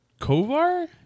Kovar